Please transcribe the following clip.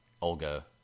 Olga